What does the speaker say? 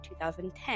2010